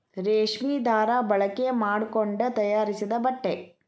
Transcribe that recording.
ರೇಶ್ಮಿ ದಾರಾ ಬಳಕೆ ಮಾಡಕೊಂಡ ತಯಾರಿಸಿದ ಬಟ್ಟೆ